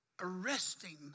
arresting